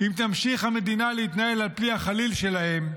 אם תמשיך המדינה להתנהל על פי החליל שלהם,